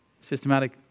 Systematic